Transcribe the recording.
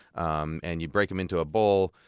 um and you break them into a bowl,